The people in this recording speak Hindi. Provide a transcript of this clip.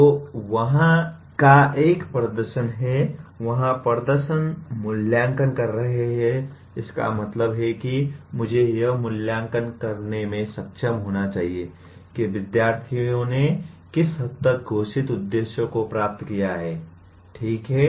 तो वहाँ का एक प्रदर्शन है वहाँ प्रदर्शन मूल्यांकन कर रहे हैं इसका मतलब है कि मुझे यह मूल्यांकन करने में सक्षम होना चाहिए कि विद्यार्थी ने किस हद तक घोषित उद्देश्यों को प्राप्त किया है ठीक है